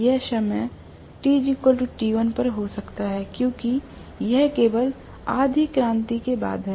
यह समय tt1 पर हो सकता है क्योंकि यह केवल आधी क्रांति के बाद है